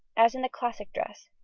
as in the classic dress,